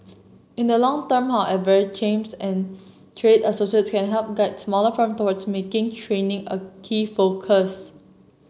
in the long term however chambers and trade associations can help guide smaller firms towards making training a key focus